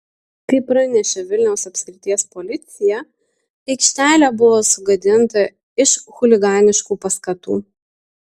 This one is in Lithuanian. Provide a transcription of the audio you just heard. kaip pranešė vilniaus apskrities policija aikštelė buvo sugadinta iš chuliganiškų paskatų